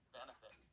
benefit